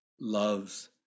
loves